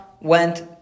went